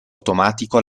automatico